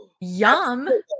Yum